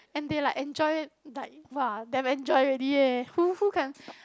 and they like enjoy like !wah! damn enjoy already eh who who can